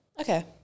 Okay